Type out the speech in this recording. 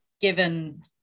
given